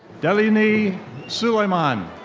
delinie sulaiman.